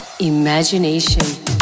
Imagination